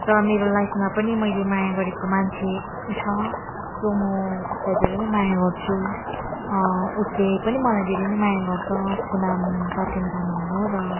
र मेरो लाइफमा पनि मैले माया गरेको मान्छे छ जो म उसलाई धेरै नै माया गर्छु उसले पनि मलाई धेरै नै माया गर्छ उसको नाम सत्यम तामाङ हो र